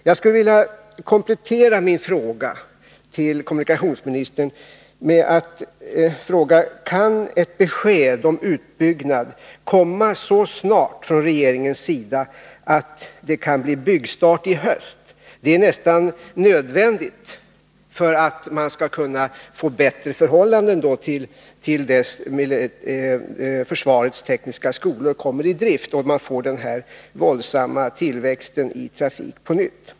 Jag skulle vilja komplettera min fråga till kommunikationsministern: Kan ett besked om utbyggnad komma från regeringens sida så snart att det kan bli byggstart i höst? Det är nästan nödvändigt för att man skall kunna få bättre förhållanden till dess försvarets tekniska skolor kommer i drift och man får denna betydande tillväxt i trafiken.